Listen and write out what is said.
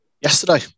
Yesterday